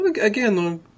Again